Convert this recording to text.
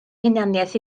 hunaniaeth